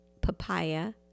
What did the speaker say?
papaya